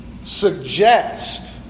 suggest